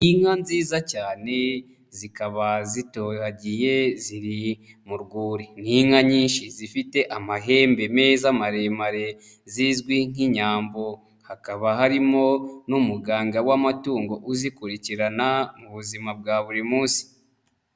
lnka nziza cyane zikaba zitohagiye ziri mu rwuri ,n'inka nyinshi zifite amahembe meza maremare, zizwi nk'inyambo. Hakaba harimo n'umuganga w'amatungo uzikurikirana, mu buzima bwa buri munsi.